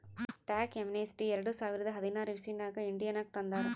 tax amnesty ಎರಡ ಸಾವಿರದ ಹದಿನಾರ್ ಇಸವಿನಾಗ್ ಇಂಡಿಯಾನಾಗ್ ತಂದಾರ್